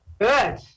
Good